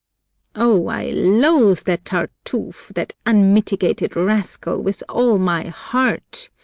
oh, i loathe that tartuffe, that unmitigated rascal, with all my heart!